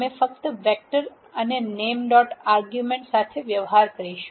અમે ફક્ત વેક્ટર અને નેમ ડોટ આર્ગ્યુમેન્ટ સાથે વ્યવહાર કરીશું